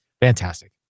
fantastic